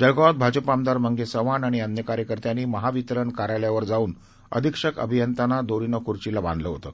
जळगावात भाजपा आमदार मंगेश चव्हाण आणि अन्य कार्यकर्त्यांनी महावितरण कार्यालयावर जाऊन अधीक्षक अभियंत्यांना दोरीनं खुर्चीला बांधलं होतं